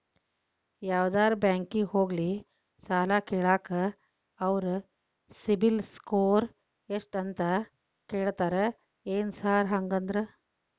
ಯಾವದರಾ ಬ್ಯಾಂಕಿಗೆ ಹೋಗ್ಲಿ ಸಾಲ ಕೇಳಾಕ ಅವ್ರ್ ಸಿಬಿಲ್ ಸ್ಕೋರ್ ಎಷ್ಟ ಅಂತಾ ಕೇಳ್ತಾರ ಏನ್ ಸಾರ್ ಹಂಗಂದ್ರ?